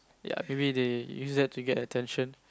ya maybe they use that to get attention